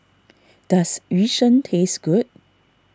does Yu Sheng taste good